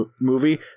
movie